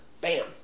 Bam